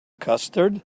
custard